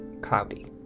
Cloudy